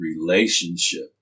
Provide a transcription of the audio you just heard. relationship